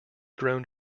grown